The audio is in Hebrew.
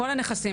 כל הנכסים,